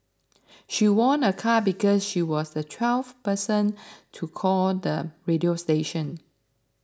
she won a car because she was the twelfth person to call the radio station